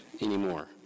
anymore